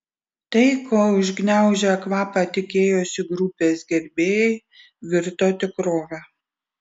tai ko užgniaužę kvapą tikėjosi grupės gerbėjai virto tikrove